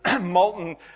molten